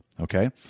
okay